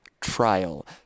trial